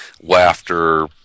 laughter